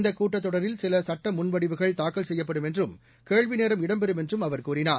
இந்தக் கூட்டத் தொடரில் சில சுட்ட முன்வடிவுகள் தாக்கல் செய்யப்படும் என்றும் கேள்வி நேரம் இடம்பெறும் என்றும் அவர் கூறினார்